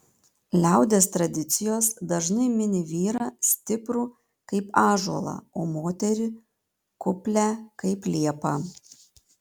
liaudies tradicijos dažnai mini vyrą stiprų kaip ąžuolą o moterį kuplią kaip liepą